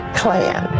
clan